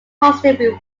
positive